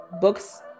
books